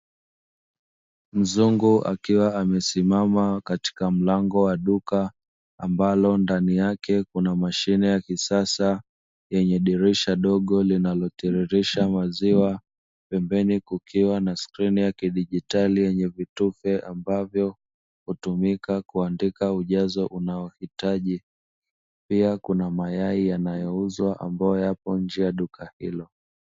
Mzungu akiwa amesimama katika mlango wa duka, ambalo ndani yake kuna mashine ya kisasa yenye dirisha dogo linalotiririsha maziwa; pembeni kukiwa na skrini ya kidigitali yenye vitufe ambavyo hutumika kuandika ujazo unaohitaji, pia kuna mayai yanayouzwa ambayo yapo nje ya duka hilo.